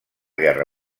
guerra